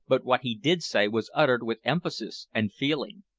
but what he did say was uttered with emphasis and feeling.